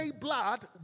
blood